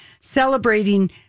celebrating